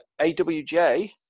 AWJ